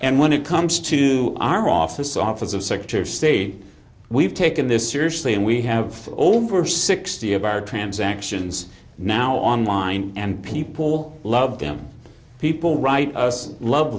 and when it comes to our office office of secretary of state we've taken this seriously and we have over sixty of our transactions now online and people love them people write us love